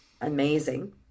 amazing